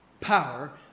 power